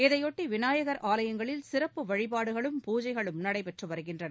இதைபொட்டி விநாயகள் ஆலயங்களில் சிறப்பு வழிபாடுகளும் பூஜைகளும் நடைபெற்று வருகின்றன